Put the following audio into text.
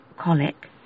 colic